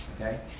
Okay